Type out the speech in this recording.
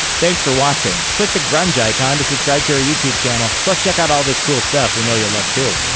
thanks for watching! click the grunge icon to subscribe to our youtube channel. plus check out all this cool stuff we know you'll love, too!